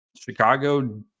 Chicago